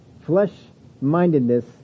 Flesh-mindedness